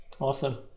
awesome